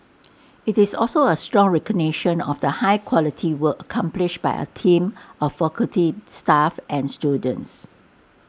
IT is also A strong recognition of the high quality work accomplished by our team of faculty staff and students